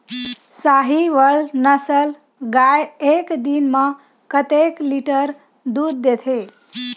साहीवल नस्ल गाय एक दिन म कतेक लीटर दूध देथे?